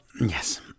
yes